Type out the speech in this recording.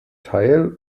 teil